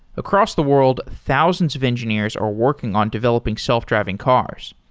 across the world, thousands of engineers are working on developing self-driving cars.